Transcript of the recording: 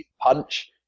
punch